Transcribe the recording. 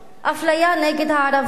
אפליה נגד הערבים,